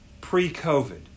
pre-covid